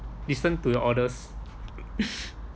listen to your orders